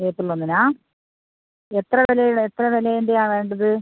April ഒന്നിനാണോ എത്ര വിലയുടെ എത്ര വിലയുടെയാണ് വേണ്ടത്